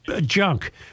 junk